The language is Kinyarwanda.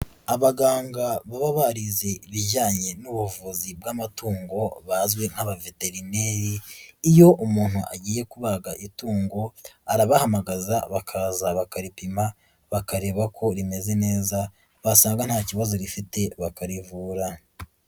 Abaganga baba barize ibijyanye n'ubuvuzi bw'amatungo bazwi nk'abaveterineri, iyo umuntu agiye kubaga itungo arabahamagaza bakaza bakaripima bakareba ko rimeze neza basanga nta kibazo gifite bakarivura.